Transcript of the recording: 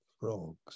frogs